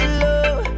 love